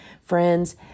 Friends